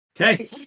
Okay